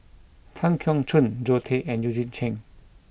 Tan Keong Choon Zoe Tay and Eugene Chen